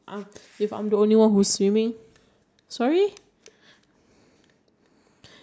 I think I think I will make drinking water a lot bigger so I can swim in it